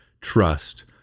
trust